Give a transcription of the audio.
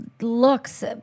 looks